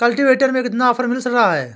Cultivator में कितना offer मिल रहा है?